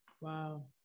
Wow